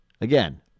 Again